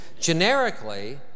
generically